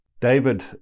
David